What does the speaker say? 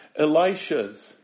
Elishas